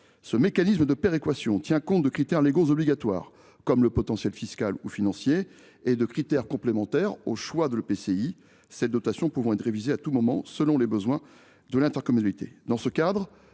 Ce mécanisme de péréquation tient compte de critères légaux obligatoires, comme le potentiel fiscal ou financier, et de critères complémentaires au choix de l’EPCI, cette dotation pouvant être révisée à tout moment selon les besoins de l’intercommunalité.